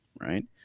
right